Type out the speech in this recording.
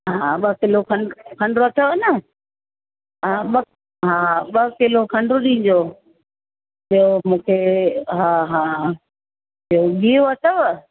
हा ॿ किलो खंडु खंडु अथव न हा ॿ हा ॿ किलो खंडु ॾिजो ॿियो मूंखे हा हा ॿियो गीहु अथव